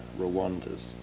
Rwandas